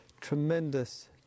tremendous